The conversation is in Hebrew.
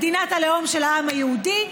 מדינת הלאום של העם היהודי,